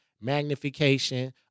magnification